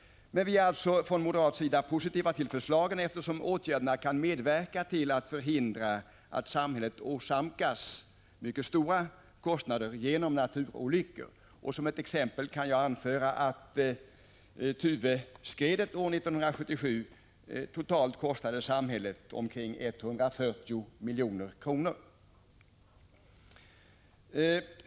Från moderat sida är vi positiva till förslagen, eftersom åtgärderna kan medverka till att förhindra att samhället åsamkas mycket stora kostnader genom naturolyckor. Som exempel kan jag anföra att Tuveskredet år 1977 kostade samhället 140 milj.kr.